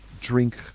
drink